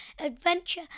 adventure